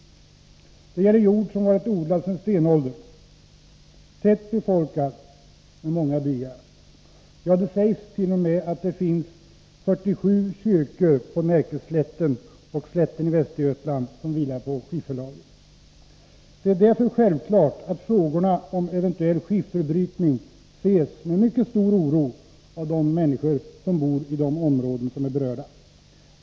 Det gäller jord som varit odlad sedan stenåldern, i ett tätbefolkat område med många byar. Ja, det sägs t.o.m. att det finns 47 kyrkor på Västgötaoch Närkeslätterna som vilar på skifferlager. Det är därför självklart att frågorna om eventuell skifferbrytning ses med mycket stor oro av de människor som bor i de områden som är berörda.